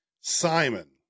Simon